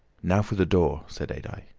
now for the door, said adye.